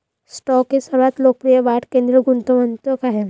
stock हे सर्वात लोकप्रिय वाढ केंद्रित गुंतवणूक आहेत